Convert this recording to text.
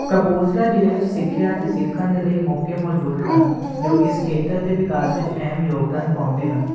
ਕਪੂਰਥਲਾ ਜਿਲ੍ਹੇ ਵਿੱਚ ਸਿੱਖਿਆ ਅਤੇ ਸਿੱਖਣ ਦੇ ਲਈ ਮੌਕੇ ਮੌਜੂਦ ਹਨ ਜੋ ਇਸ ਖੇਤਰ ਦੇ ਵਿਕਾਸ ਵਿੱਚ ਅਹਿਮ ਯੋਗਦਾਨ ਪਾਉਂਦੇ ਹਨ